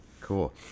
cool